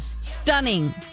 Stunning